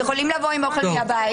הם יכולים לבוא עם אוכל מהבית.